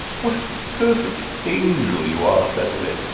what a perfect angel you are, cecily.